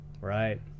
right